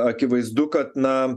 akivaizdu kad na